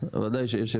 בוודאי שיש הבדל.